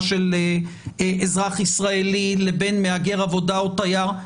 של אזרח ישראלי לבין מהגר עבודה או תייר,